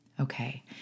Okay